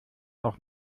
auch